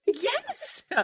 Yes